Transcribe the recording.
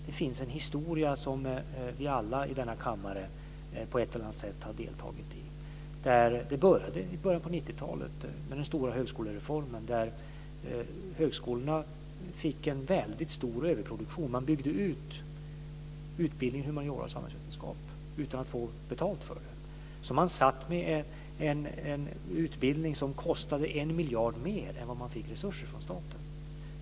Det finns en historia som vi alla i denna kammare på ett eller annat sätt har deltagit i. Det började i början av 90-talet med den stora högskolereformen där högskolorna fick en väldigt stor överproduktion. Man byggde ut utbildningen i humaniora och samhällsvetenskap utan att få betalt för det. Man satt med en utbildning som kostade 1 miljard mer än vad man fick resurser för från staten.